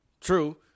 True